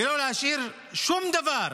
ולא להשאיר שום דבר,